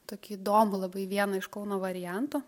tokį įdomų labai vieną iš kauno variantų